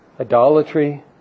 idolatry